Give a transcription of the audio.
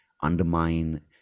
undermine